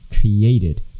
created